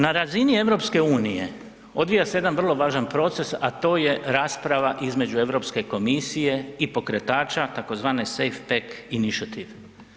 Na razini EU odvija se jedan vrlo važan proces, a to je rasprava između Europske komisije i pokretača tzv. SafePack Initiative.